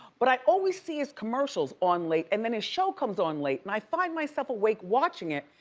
but i always see his commercials on late and then his show comes on late and i find myself awake watching it.